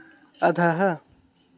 अधः